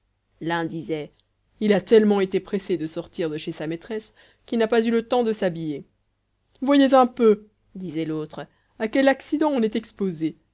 l'un disait il a tellement été pressé de sortir de chez sa maîtresse qu'il n'a pas eu le temps de s'habiller voyez un peu disait l'autre à quels accidents on est exposé